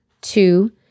two